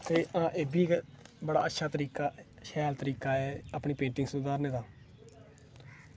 ते एह्बी इक्क बड़ा अच्छा तरीका ऐ शैल तरीका ऐ अपनी पेंटिंग सुधारने दा